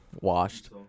Washed